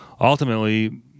ultimately